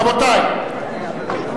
רבותי,